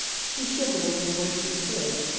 she shivered a little where she stood.